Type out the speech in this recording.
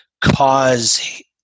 cause